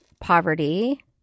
poverty